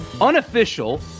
unofficial